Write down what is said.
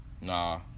Nah